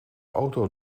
auto